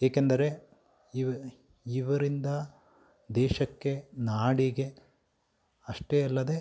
ಏಕೆಂದರೆ ಇವ ಇವರಿಂದ ದೇಶಕ್ಕೆ ನಾಡಿಗೆ ಅಷ್ಟೇ ಅಲ್ಲದೆ